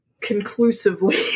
conclusively